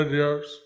years